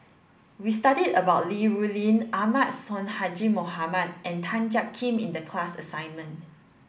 we studied about Li Rulin Ahmad Sonhadji Mohamad and Tan Jiak Kim in the class assignment